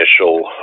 initial